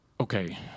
okay